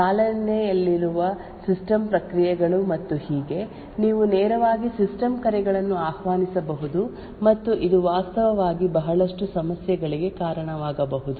ಚಾಲನೆಯಲ್ಲಿರುವ ಸಿಸ್ಟಮ್ ಪ್ರಕ್ರಿಯೆಗಳು ಮತ್ತು ಹೀಗೆ ನೀವು ನೇರವಾಗಿ ಸಿಸ್ಟಮ್ ಕರೆಗಳನ್ನು ಆಹ್ವಾನಿಸಬಹುದು ಮತ್ತು ಇದು ವಾಸ್ತವವಾಗಿ ಬಹಳಷ್ಟು ಸಮಸ್ಯೆಗಳಿಗೆ ಕಾರಣವಾಗಬಹುದು